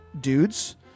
dudes